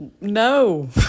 no